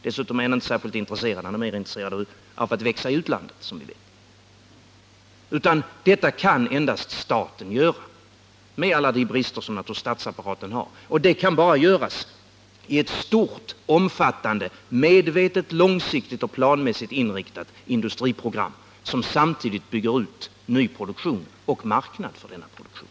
Dessutom är han inte särskilt intresserad — han är som vi vet mer intresserad av att växa i utlandet. Detta kan endast staten göra, med alla de brister som statsapparaten har. Och det kan bara göras i ett stort, omfattande, medvetet långsiktigt och planmässigt inriktat industriprogram, som samtidigt bygger ut ny produktion och marknad för denna produktion.